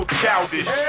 childish